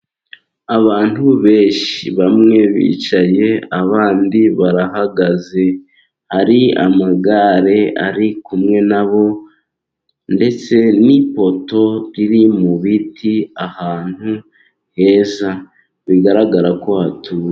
Abantu benshi, bamwe baricaye abandi barahagaze. Hari amagare, ari kumwe nabo. Ndetse n'ipoto iri mu biti ahantu heza bigaragara ko hatuwe.